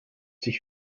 sich